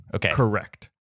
Correct